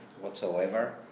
whatsoever